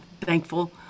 thankful